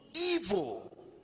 Evil